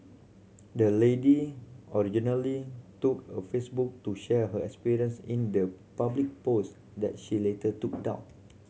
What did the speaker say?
the lady originally took a Facebook to share her experience in the public post that she later took down